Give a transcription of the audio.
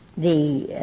the